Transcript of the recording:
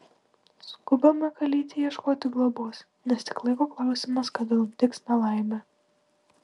skubame kalytei ieškoti globos nes tik laiko klausimas kada nutiks nelaimė